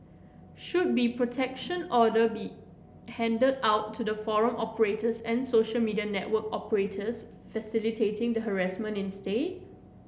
should be protection order be handed out to the forum operators and social media network operators facilitating the harassment instead